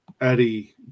Eddie